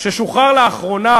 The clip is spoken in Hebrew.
ששוחרר לאחרונה